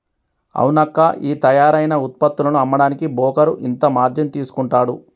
అవునక్కా ఈ తయారైన ఉత్పత్తులను అమ్మడానికి బోకరు ఇంత మార్జిన్ తీసుకుంటాడు